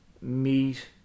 meat